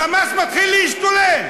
"חמאס" מתחיל להשתולל,